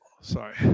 sorry